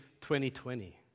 2020